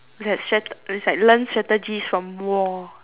is like learn strategies from war